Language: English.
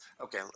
okay